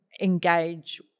engage